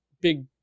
big